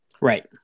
Right